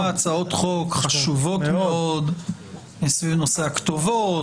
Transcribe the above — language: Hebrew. הצעות חוק חשובות מאוד בנושא הכתובות,